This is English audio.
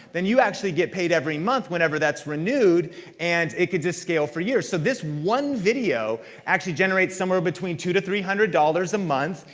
then you actually get paid every month whenever that's renewed and it could just scale for years. so this one video actually generates somewhere between two hundred three hundred dollars a month.